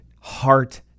heart